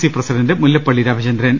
C president Mullappally Rama Chandran